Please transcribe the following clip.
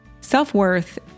Self-worth